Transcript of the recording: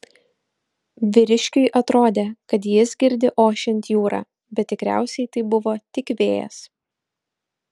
vyriškiui atrodė kad jis girdi ošiant jūrą bet tikriausiai tai buvo tik vėjas